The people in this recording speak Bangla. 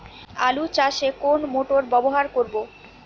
আলু চাষে কোন মোটর ব্যবহার করব?